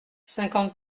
cinquante